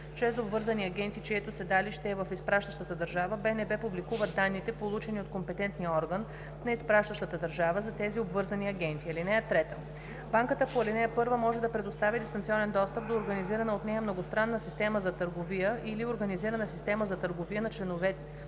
чрез обвързани агенти, чието седалище е в изпращащата държава, БНБ публикува данните, получени от компетентния орган на изпращащата държава за тези обвързани агенти. (3) Банката по ал. 1 може да предоставя дистанционен достъп до организирана от нея многостранна система за търговия или организирана система за търговия на членове